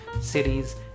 cities